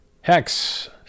Hex